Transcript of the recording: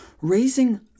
raising